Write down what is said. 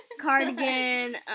Cardigan